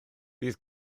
bydd